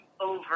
over